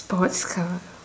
sports car